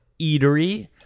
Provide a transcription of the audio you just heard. eatery